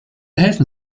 helfen